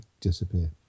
disappear